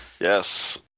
Yes